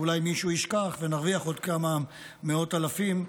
ואולי מישהו ישכח ונרוויח עוד כמה מאות אלפים.